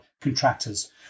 contractors